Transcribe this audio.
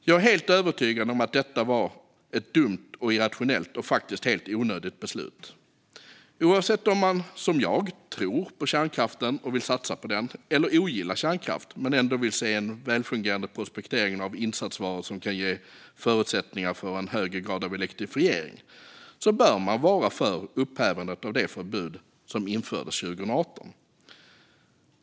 Jag är helt övertygad om att detta var ett dumt, irrationellt och faktiskt helt onödigt beslut. Oavsett om man, som jag, tror på kärnkraften och vill satsa på den om man eller ogillar kärnkraft men ändå vill se en välfungerande prospektering av insatsvaror som kan ge förutsättningar för en högre grad av elektrifiering bör man vara för upphävandet av det förbud som infördes 2018.